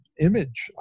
image